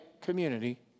community